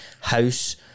house